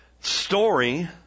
story